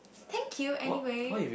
thank you anyway